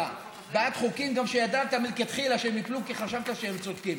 בעד חוקים גם שידעת מלכתחילה שהם ייפלו כי חשבת שהם צודקים.